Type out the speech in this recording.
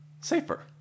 safer